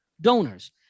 donors